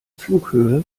flughöhe